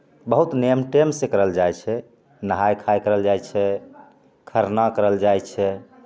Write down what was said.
बहुत नेम टेम से करल जाइ छै नहाय खाय करल जाइ छै खरना करल जाइ छै